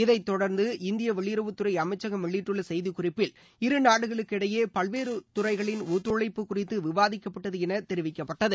இதை தொடர்ந்து இந்திய வெளியுறவுத்துறை அமைச்சகம் வெளியிட்டுள்ள செய்தி குறிப்பில் இருநாடுகளுக்கு இடையே பல்வேறு துறைகளின் ஒத்துழைப்பு குறித்து விவாதிக்கப்பட்டது என தெரிவிக்கப்பட்டது